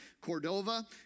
Cordova